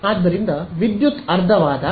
ಆದ್ದರಿಂದ ವಿದ್ಯುತ್ ಅರ್ಧವಾದಾಗ